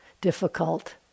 difficult